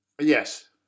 Yes